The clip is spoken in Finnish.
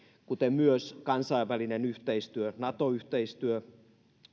myös kansainvälinen yhteistyö nato yhteistyö